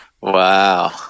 Wow